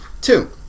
Two